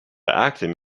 actin